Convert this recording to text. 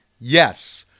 yes